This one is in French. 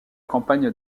campagne